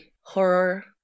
horror